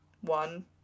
one